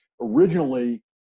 originally